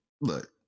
look